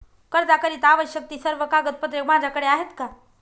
कर्जाकरीता आवश्यक ति सर्व कागदपत्रे माझ्याकडे आहेत का?